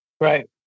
Right